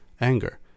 anger